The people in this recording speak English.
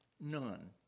None